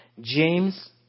James